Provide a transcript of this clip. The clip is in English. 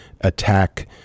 attack